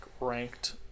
ranked